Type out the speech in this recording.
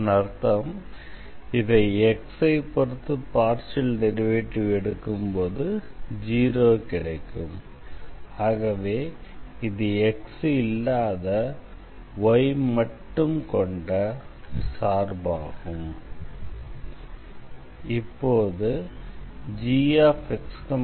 இதன் அர்த்தம் இதை x ஐப் பொறுத்து பார்ஷியல் டெரிவேட்டிவ் எடுக்கும்போது 0 கிடைக்கும் ஆகவே இது x இல்லாத y மட்டும் கொண்ட சார்பாகும்